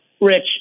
Rich